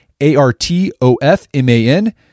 A-R-T-O-F-M-A-N